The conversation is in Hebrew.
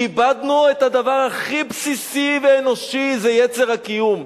איבדנו את הדבר הכי בסיסי ואנושי, וזה יצר הקיום.